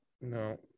no